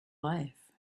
life